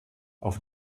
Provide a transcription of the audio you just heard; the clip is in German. auf